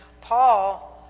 Paul